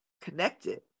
connected